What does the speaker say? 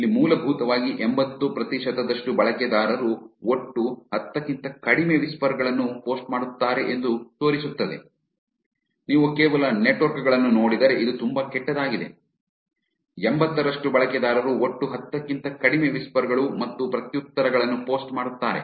ಇಲ್ಲಿ ಮೂಲಭೂತವಾಗಿ ಎಂಭತ್ತು ಪ್ರತಿಶತದಷ್ಟು ಬಳಕೆದಾರರು ಒಟ್ಟು ಹತ್ತಕ್ಕಿಂತ ಕಡಿಮೆ ವಿಸ್ಪರ್ ಗಳನ್ನು ಪೋಸ್ಟ್ ಮಾಡುತ್ತಾರೆ ಎಂದು ತೋರಿಸುತ್ತಿದೆ ನೀವು ಕೇವಲ ನೆಟ್ವರ್ಕ್ ಗಳನ್ನು ನೋಡಿದರೆ ಇದು ತುಂಬಾ ಕೆಟ್ಟದಾಗಿದೆ ಎಂಭತ್ತರಷ್ಟು ಬಳಕೆದಾರರು ಒಟ್ಟು ಹತ್ತಕ್ಕಿಂತ ಕಡಿಮೆ ವಿಸ್ಪರ್ ಗಳು ಮತ್ತು ಪ್ರತ್ಯುತ್ತರಗಳನ್ನು ಪೋಸ್ಟ್ ಮಾಡುತ್ತಾರೆ